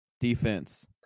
defense